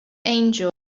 angel